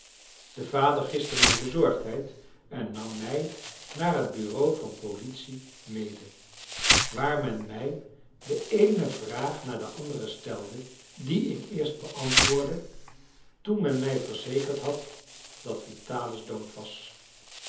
de vader giste mijn bezorgdheid en nam mij naar het bureau van politie mede waar men mij de eene vraag na de andere stelde die ik eerst beantwoordde toen men mij verzekerd had dat vitalis dood was